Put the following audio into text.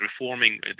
reforming